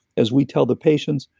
as we tell the patients,